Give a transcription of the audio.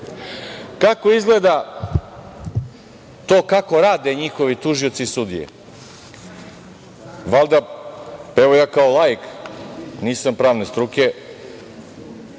izgleda to kako rade njihovi tužioci i sudije. Evo, ja kao laik, nisam pravne struke,